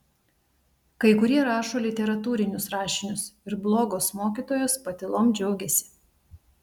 kai kurie rašo literatūrinius rašinius ir blogos mokytojos patylom džiaugiasi